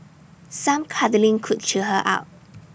some cuddling could cheer her up